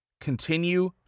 continue